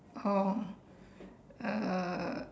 oh uh